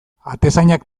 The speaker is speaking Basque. atezainak